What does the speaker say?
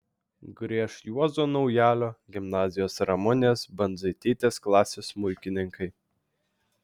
grieš juozo naujalio gimnazijos ramunės bandzaitytės klasės smuikininkai